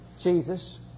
Jesus